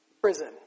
prison